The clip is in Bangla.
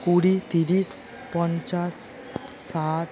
কুড়ি তিরিশ পঞ্চাশ ষাট